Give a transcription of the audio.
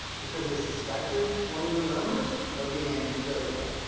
because they suspected one of their members of being zodiac.